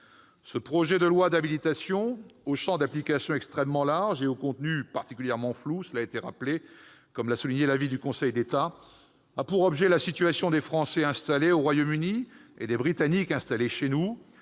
Ce projet de loi d'habilitation, au champ d'application extrêmement large et au contenu particulièrement flou- plusieurs orateurs l'ont rappelé, comme l'avait souligné le Conseil d'État dans son avis -, a pour objet la situation des Français installés au Royaume-Uni et des Britanniques installés chez nous,